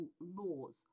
laws